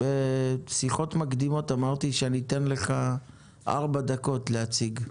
בשיחות מקדימות אמרתי שאני אתן לך ארבע דקות להציג,